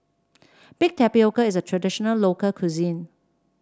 Baked Tapioca is a traditional local cuisine